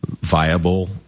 viable